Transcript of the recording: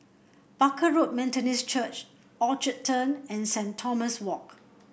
Barker Road Methodist Church Orchard Turn and Saint Thomas Walk